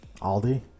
Aldi